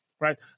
right